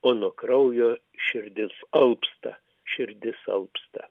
o nuo kraujo širdis alpsta širdis alpsta